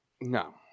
No